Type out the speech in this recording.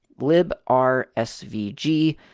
LIBRSVG